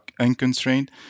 unconstrained